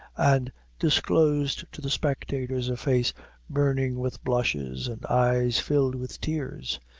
and disclosed to the spectators a face burning with blushes and eyes filled with tears.